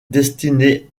destiné